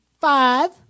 five